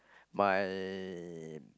my